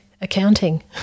accounting